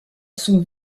sont